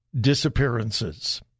disappearances